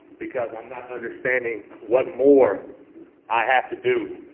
because i'm not understanding what more i have to do